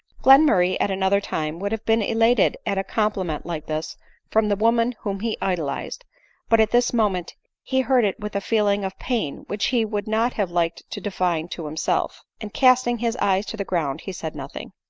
glenmurray at another time would have been elated at a compliment like this from the woman whom he idol ized but at this moment he heard it with a feeling of pain which he would not have liked to define to himself, and casting his eyes to the ground he said nothing.